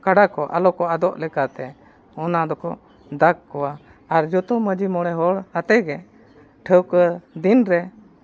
ᱠᱟᱰᱟ ᱠᱚ ᱟᱞᱚ ᱠᱚ ᱟᱫᱚᱜ ᱞᱮᱠᱟᱛᱮ ᱚᱱᱟ ᱫᱚᱠᱚ ᱫᱟᱜᱽ ᱠᱚᱣᱟ ᱟᱨ ᱡᱚᱛᱚ ᱢᱟᱺᱡᱷᱤ ᱢᱚᱬᱮ ᱦᱚᱲ ᱟᱛᱮᱫ ᱜᱮ ᱴᱷᱟᱹᱶᱠᱟᱹ ᱫᱤᱱ ᱨᱮ